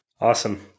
Awesome